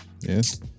Yes